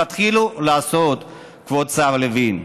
תתחילו לעשות, כבוד השר לוין,